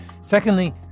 Secondly